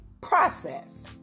process